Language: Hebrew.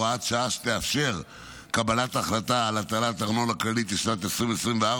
הוראת שעה שתאפשר קבלת החלטה על הטלת ארנונה כללית לשנת הכספים 2024,